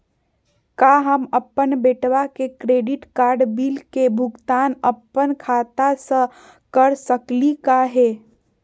का हम अपन बेटवा के क्रेडिट कार्ड बिल के भुगतान अपन खाता स कर सकली का हे?